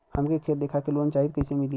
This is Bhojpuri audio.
हमके खेत देखा के लोन चाहीत कईसे मिली?